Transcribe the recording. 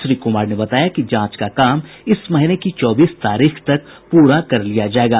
श्री कुमार ने बताया कि जांच का काम इस महीने की चौबीस तारीख तक पूरा कर लिया जाएगा